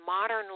modern